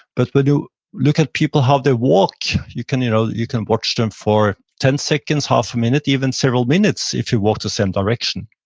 but when you look at people how they walk, you can you know you can watch them for ten seconds, half a minute, even several minutes if you walk the same direction.